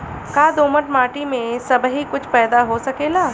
का दोमट माटी में सबही कुछ पैदा हो सकेला?